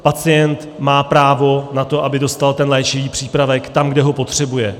Pacient má právo na to, aby dostal ten léčivý přípravek tam, kde ho potřebuje.